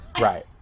Right